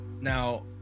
now